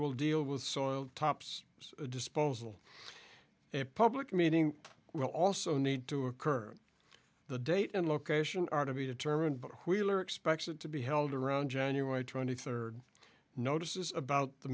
will deal with soil tops disposal a public meeting will also need to occur the date and location are to be determined but wheeler expects it to be held around january twenty third notices about the